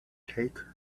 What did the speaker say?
take